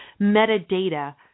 metadata